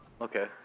Okay